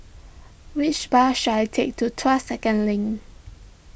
which bus should I take to Tuas Second Link